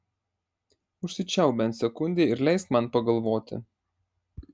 užsičiaupk bent sekundei ir leisk man pagalvoti